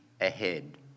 ahead